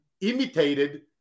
imitated